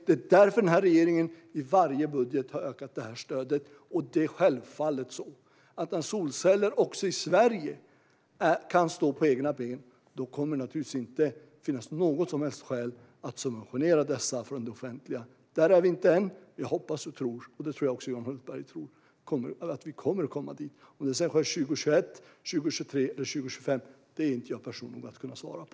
Det är därför denna regering i varje budget har ökat det stödet. När solceller också i Sverige kan stå på egna ben kommer det naturligtvis inte att finnas något som helst skäl för det offentliga att subventionera dessa. Där är vi inte än. Jag hoppas och tror - det tror jag också att Johan Hultberg tror - att vi kommer att komma dit. Om det sedan sker 2021, 2023 eller 2025 är inte jag person att kunna svara på.